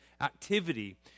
activity